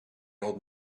old